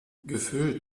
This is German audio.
gefüllt